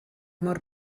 mor